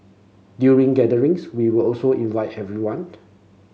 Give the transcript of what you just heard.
during gatherings we will also invite everyone